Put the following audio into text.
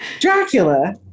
Dracula